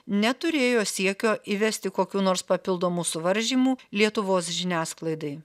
neturėjo siekio įvesti kokių nors papildomų suvaržymų lietuvos žiniasklaidai